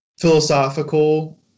philosophical